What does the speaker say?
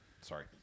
Sorry